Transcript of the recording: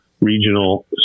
regional